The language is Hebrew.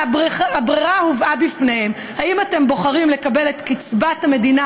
הברירה הובאה לפניהם: האם אתם בוחרים לקבל את קצבת המדינה